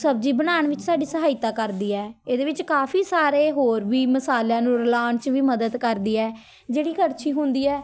ਸਬਜ਼ੀ ਬਣਾਉਣ ਵਿੱਚ ਸਾਡੀ ਸਹਾਇਤਾ ਕਰਦੀ ਹੈ ਇਹਦੇ ਵਿੱਚ ਕਾਫੀ ਸਾਰੇ ਹੋਰ ਵੀ ਮਸਾਲਿਆਂ ਨੂੰ ਰਲਾਉਣ 'ਚ ਵੀ ਮਦਦ ਕਰਦੀ ਹੈ ਜਿਹੜੀ ਕੜਛੀ ਹੁੰਦੀ ਹੈ